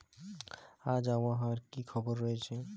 আজ আবহাওয়ার কি খবর রয়েছে?